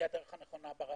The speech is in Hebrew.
היא הנכונה עקרונית.